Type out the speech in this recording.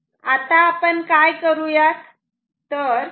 आता आपण काय करू यात